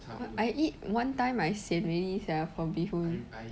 what I eat one time I sian already sia from bee hoon